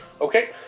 Okay